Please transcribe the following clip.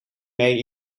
mee